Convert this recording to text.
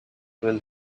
will